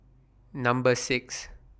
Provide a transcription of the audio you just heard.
Number six